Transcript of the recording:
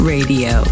Radio